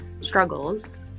struggles